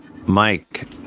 Mike